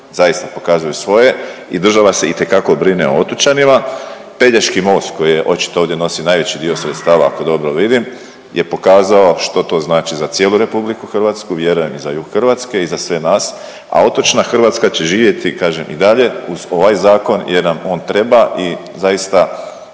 zaista pokazuju svoje i država se itekako brine o otočanima. Pelješki most koji očito ovdje nosi najveći dio sredstava, ako dobro vidim, je pokazao što to znači za cijelu RH, vjerujem i za jug Hrvatske i za sve nas, a otočna Hrvatska će živjeti kažem i dalje uz ovaj zakon jer nam on treba i zaista